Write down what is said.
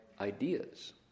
ideas